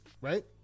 right